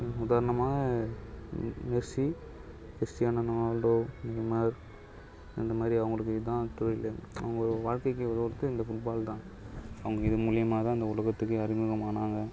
உதாரணமா Messi Cristiano Ronaldo Omar இந்த மாதிரி அவர்களுக்கு இதுதான் தொழிலிலே அவர்களோட வாழ்க்கைக்கு உதவுகிறதுக்கு இந்த ஃபுட் பால் தான் அவங்க இது மூலயமா தான் இந்த உலகத்துக்கே அறிமுகம் ஆனாங்க